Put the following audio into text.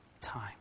time